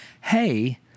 hey